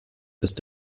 ist